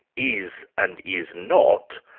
is and is not,